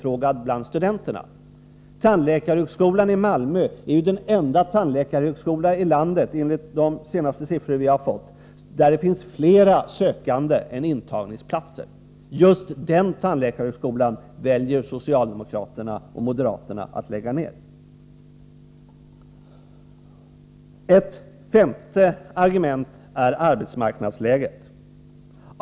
Enligt den senaste statistiken är tandläkarhögskolan i Malmö den enda tandläkarhögskola i landet där antalet sökande är större än antalet intagningsplatser. Just den tandläkarhögskolan väljer socialdemokraterna och moderaterna att lägga ner. För det femte måste man här ta hänsyn till arbetsmarknadsläget.